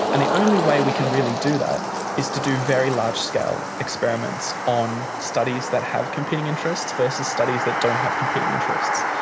and the only way we can really do that is to do very large-scale experiments on studies that have competing interests versus studies that don't have competing interests.